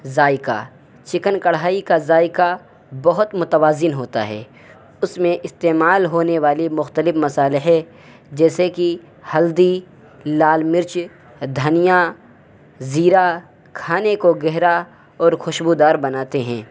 ذائقہ چکن کڑھائی کا ذائقہ بہت متوازن ہوتا ہے اس میں استعمال ہونے والی مختلف مصالحے جیسے کہ ہلدی لال مرچ دھنیا زیرہ کھانے کو گہرا اور خوشبو دار بناتے ہیں